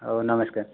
ହେଉ ନମସ୍କାର